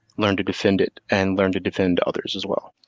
learn to defend it, and learn to defend others as well.